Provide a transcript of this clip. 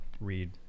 read